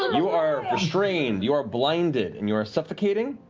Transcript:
you are restrained, you are blinded, and you are suffocating.